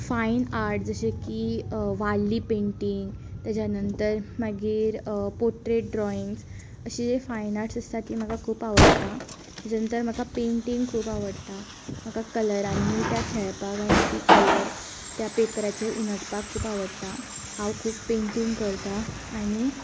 fine art जशें की Warli painting तेच्या नंतर मागीर ट्रेड ड्रॉयिंग्स अशी फायन आर्ट्स आसा तीं म्हाका खूब आवडटा तेच्या नंतर म्हाका पेंटींग खूब आवडटा म्हाका कलरांनी त्या खेळपाक आनी ते कलर त्या पेपराचेर हुमटपाक खूब आवडटा हांव खूब पेंटींग करता आनी